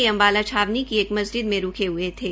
ये अम्बाला छावनी की एक मस्जिद में रूके हये थे